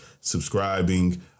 subscribing